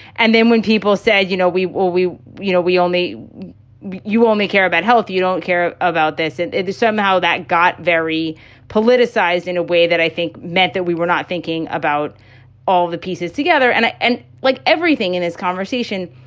and then when people said, you know, we will we you know, we only you only care about health. you don't care about this. and somehow that got very politicized in a way that i think meant that we were not thinking about all the pieces together. and and like everything in this conversation,